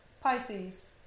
Pisces